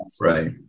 Right